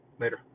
later